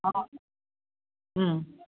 অঁ